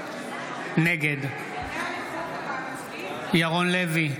נגד ירון לוי,